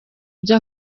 byo